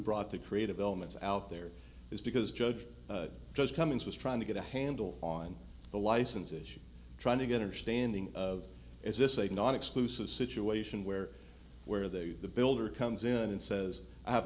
brought the creative elements out there is because judge judge cummings was trying to get a handle on the license issue trying to get understanding of is this a non exclusive situation where where the the builder comes in and says i have